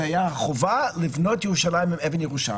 וזה היה החובה לבנות את ירושלים עם אבן ירושלמית.